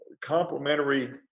complementary